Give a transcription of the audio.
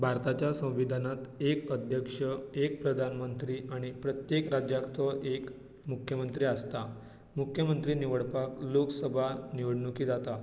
भारताच्या संविधानांत एक अध्यक्ष एक प्रधान मंत्री आनी प्रत्येक राज्याचो एक मुख्यमंत्री आसता मुख्यमंत्री निवडपाक लोकसभा निवडणूकी जाता